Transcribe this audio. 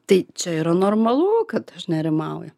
tai čia yra normalu kad aš nerimauju